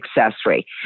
accessory